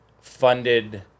funded